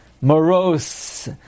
morose